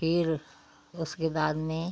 फिर उसके बाद में